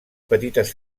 petites